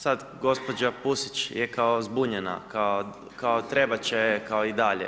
Sad gospođa Pusić je kao zbunjena, kao trebat će joj i dalje.